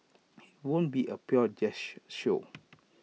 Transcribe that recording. IT won't be A pure jazz show